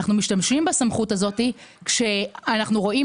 אנחנו משתמשים בסמכות הזאת כאשר אנחנו רואים